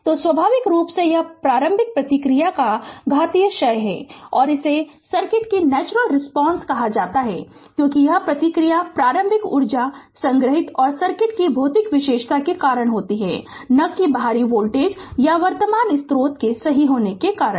तो स्वाभाविक रूप से यह प्रारंभिक प्रतिक्रिया का घातीय क्षय है और इसे सर्किट की नेचुरल रिस्पांस कहा जाता है क्योंकि यह प्रतिक्रिया प्रारंभिक ऊर्जा संग्रहीत और सर्किट की भौतिक विशेषता के कारण होती है न कि बाहरी वोल्टेज या वर्तमान स्रोत के सही होने के कारण